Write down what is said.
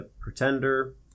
pretender